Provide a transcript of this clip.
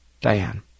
Diane